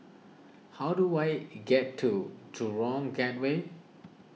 how do I get to Gateway